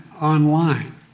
online